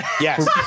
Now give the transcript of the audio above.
Yes